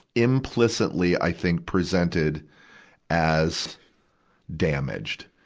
implicitly, i think, presented as damaged.